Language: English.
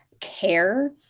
care